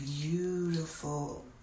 beautiful